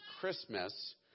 Christmas